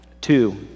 two